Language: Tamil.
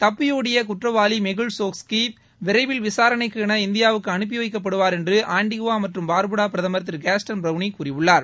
தப்பியோடிய குற்றவாளி மெகுல் சோக்ஸ்கி விரைவில் விசாரணைக்கு என இந்தியாவுக்கு அனுப்பி வைக்கப்படுவார் என்று ஆன்டிகுவா மற்றும் பார்படா பிரதமர் திரு கேஸ்டன் ப்ரவுனி கூறியுள்ளார்